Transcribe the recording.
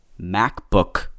MacBook